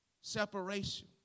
Separation